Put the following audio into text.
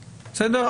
בסדר?